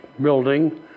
building